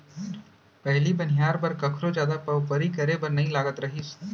पहिली बनिहार बर कखरो जादा पवपरी करे बर नइ लागत रहिस